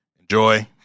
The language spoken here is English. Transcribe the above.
enjoy